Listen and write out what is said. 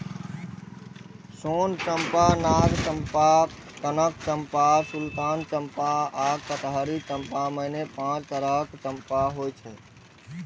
सोन चंपा, नाग चंपा, कनक चंपा, सुल्तान चंपा आ कटहरी चंपा, मने पांच तरहक चंपा होइ छै